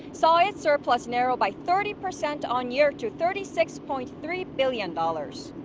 saw its surplus narrow by thirty percent on-year to thirty six point three billion dollars.